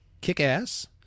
kick-ass